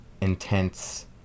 intense